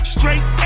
Straight